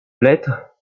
lettre